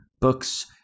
books